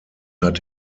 hat